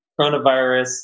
coronavirus